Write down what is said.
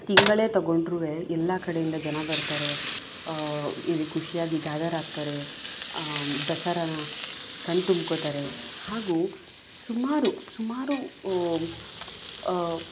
ತಿಂಗಳೇ ತಗೊಂಡ್ರೂ ಎಲ್ಲ ಕಡೆಯಿಂದ ಜನ ಬರ್ತಾರೆ ಇಲ್ಲಿ ಖುಷಿಯಾಗಿ ಗ್ಯಾದರ್ ಆಗ್ತಾರೆ ದಸರನ ಕಣ್ಣು ತುಂಬ್ಕೊಳ್ತಾರೆ ಹಾಗೂ ಸುಮಾರು ಸುಮಾರು